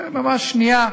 ממש שנייה.